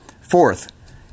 Fourth